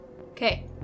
Okay